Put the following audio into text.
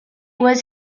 was